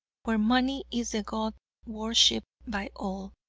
where money is the god worshiped by all.